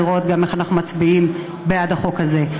לראות גם איך אנחנו מצביעים בעד החוק הזה.